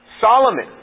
Solomon